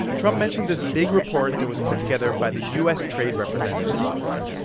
trump mentioned this big report that was put together by the u s. trade representative's office.